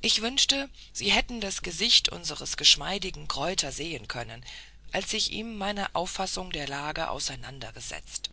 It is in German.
ich wünschte sie hätten das gesicht unsres geschmeidigen kreuther sehen können als ich ihm meine auffassung der lage auseinandersetzte